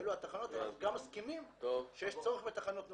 אנחנו מסכימים שיש צורך בתחנות נוספות.